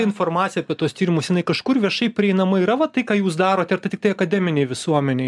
informacija apie tuos tyrimus jinai kažkur viešai prieinama yra va tai ką jūs darote tiktai akademinėj visuomenėj